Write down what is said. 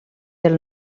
del